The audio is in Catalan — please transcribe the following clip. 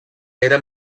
era